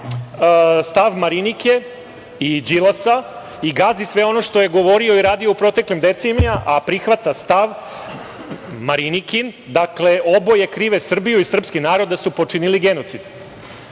stav Marinike i Đilasa i gazi sve ono što je govorio i radio u proteklim decenijama, a prihvata stav Marinikin. Dakle, oboje krive Srbiju i srpski narod da su počinili genocid.